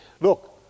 look